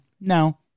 no